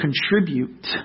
contribute